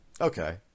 okay